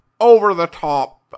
over-the-top